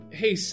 hey